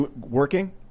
working